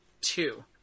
two